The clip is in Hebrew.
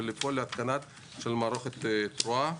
ולפעול להתקנת מערכת "תרועה"